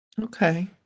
Okay